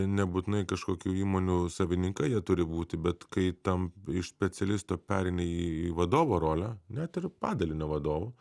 nebūtinai kažkokių įmonių savininkai jie turi būti bet kai tam iš specialisto pereini į vadovo rolę net ir padalinio vadovu